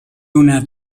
una